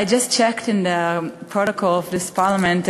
I just checked in the protocol of this parliament,